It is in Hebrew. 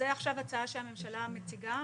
זה עכשיו הצעה שהממשלה מציגה.